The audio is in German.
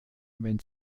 wenn